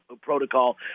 protocol